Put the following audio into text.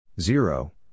Zero